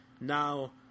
Now